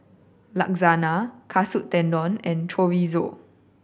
Lasagna Katsu Tendon and Chorizo